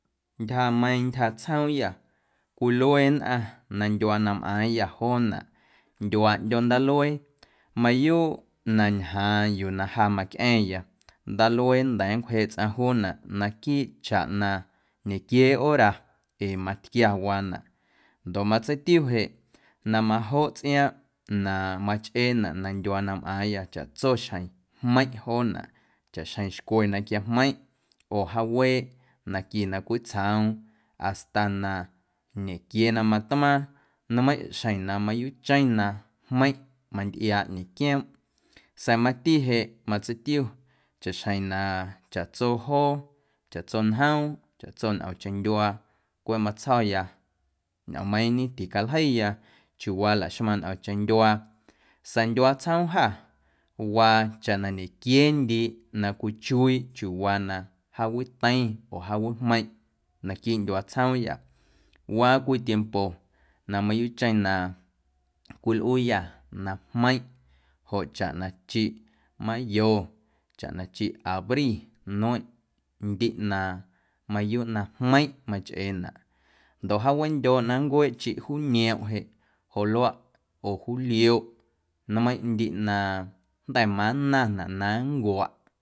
Ntyjameiiⁿ ntyja tsjoomyâ cwilue nnꞌaⁿ na ndyuaa na mꞌaaⁿyâ joonaꞌ ndyuaa ꞌndyoo ndaaluee mayuu na ñjaaⁿ yuu na ja macꞌa̱ⁿya ndaluee nnda̱a̱ nncwjeeꞌ tsꞌaⁿ juunaꞌ naquiiꞌ chaꞌ na ñequiee hora ee matquia waanaꞌ ndoꞌ matseitiu jeꞌ na majoꞌ tsꞌiaaⁿꞌ na machꞌeenaꞌ na ndyuaa na mꞌaaⁿyâ chaꞌtso xjeⁿ jmeiⁿꞌ joonaꞌ chaꞌxjeⁿ xcwe na quiaajmeiⁿꞌ oo jaaweeꞌ na qui na cwiitsjoom hasta na ñequiee na matmaaⁿ nmeiⁿꞌ xjeⁿ na mayuuꞌcheⁿ na jmeiⁿꞌ mantꞌiaaꞌ ñequioomꞌ sa̱a̱ mati jeꞌ masteitiu chaꞌxjeⁿ na chaꞌtso joo, chaꞌtso njoom, chaꞌtso ntꞌomcheⁿ ndyuaa cweꞌ matsjo̱ya ñꞌoommeiiⁿñe ticaljeiya chiuwaa laxmaⁿ ntꞌomcheⁿ ndyuaa sa̱a̱ ndyuaa tsjoom jâ waa chaꞌ na ñequiee ndiiꞌ na cwichuiiꞌ chiuuwaa na jaawiteiⁿ oo jaawijmeiⁿꞌ naquiiꞌ ndyuaa tsjoomyâ waa cwii tiempo na mayuuꞌcheⁿ na cwilꞌuuyâ na jmeiⁿꞌ joꞌ chaꞌ na chiꞌ mayo chaꞌ na chi abri nmeiⁿꞌ ndiꞌ na mayuuꞌ na jmeiⁿꞌ machꞌeenaꞌ ndoꞌ jaawindyooꞌ na nncueeꞌ chiꞌ juniomꞌ jeꞌ joꞌ luaꞌ oo julioꞌ nmeiⁿꞌ ndiꞌ na jnda̱ mannaⁿnaꞌ na nncuaꞌ.